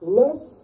less